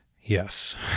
Yes